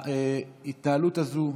ההתנהלות הזאת,